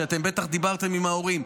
אתם בטח דיברתם עם ההורים,